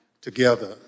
together